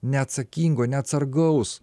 neatsakingo neatsargaus